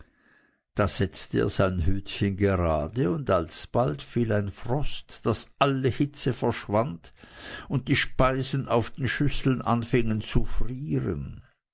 da setzte er sein hütchen gerade und alsobald fiel ein frost daß alle hitze verschwand und die speisen auf den schüsseln anfingen zu frieren